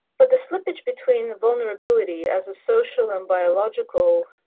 but the slippage between the vulnerability as a social and biological